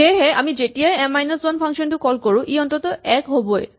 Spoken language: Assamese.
সেয়েহে আমি যেতিয়াই এম মাইনাচ এন ফাংচন টো কল কৰো ই অন্ততঃ ১ হ'বই